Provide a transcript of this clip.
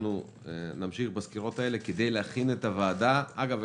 אנחנו נמשיך בסקירות האלה כדי להכין את הוועדה אגב,